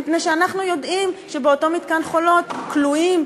מפני שאנחנו יודעים שבאותו מתקן "חולות" כלואים,